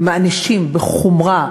מענישים בחומרה,